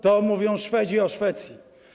To mówią Szwedzi o Szwecji.